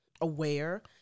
aware